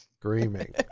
Screaming